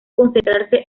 concentrarse